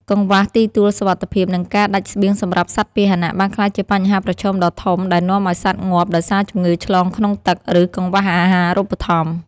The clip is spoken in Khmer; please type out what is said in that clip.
កង្វះទីទួលសុវត្ថិភាព និងការដាច់ស្បៀងសម្រាប់សត្វពាហនៈ បានក្លាយជាបញ្ហាប្រឈមដ៏ធំដែលនាំឱ្យសត្វងាប់ដោយសារជំងឺឆ្លងក្នុងទឹក ឬកង្វះអាហារូបត្ថម្ភ។